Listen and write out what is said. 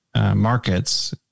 markets